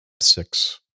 six